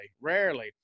rarely